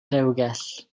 rewgell